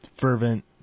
fervent